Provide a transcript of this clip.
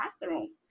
bathroom